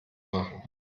machen